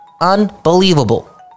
Unbelievable